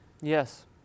Yes